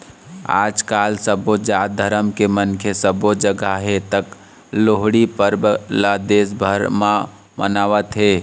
आजकाल सबो जात धरम के मनखे सबो जघा हे त लोहड़ी परब ल देश भर म मनावत हे